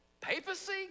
Papacy